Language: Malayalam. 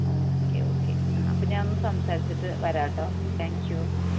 ഓക്കെ ഓക്കെ ആ അപ്പോൾ ഞാൻ ഒന്ന് സംസാരിച്ചിട്ട് വരാം കേട്ടോ താങ്ക് യു